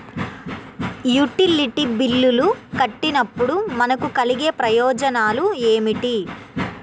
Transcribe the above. Utility బిల్లులు కట్టినప్పుడు మనకు కలిగే ప్రయోజనాలు ఏమిటి?